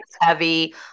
heavy